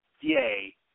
Yay